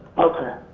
okay.